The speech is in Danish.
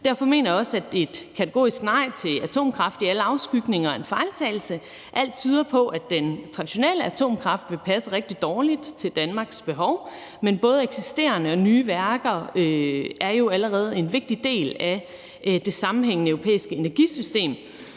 Derfor mener jeg også, at et kategorisk nej til atomkraft i alle afskygninger er en fejltagelse. Alt tyder på, at den traditionelle atomkraft vil passe rigtig dårligt til Danmarks behov, men både eksisterende og nye værker er jo allerede en vigtig del af det sammenhængende europæiske energisystem.